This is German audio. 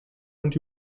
und